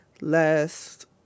last